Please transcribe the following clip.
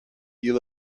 you